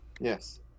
Yes